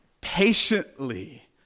patiently